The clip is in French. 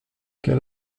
quel